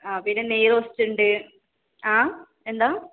ആ പിന്നെ നെയ്റോസ്റ്റുണ്ട് ആ എന്താ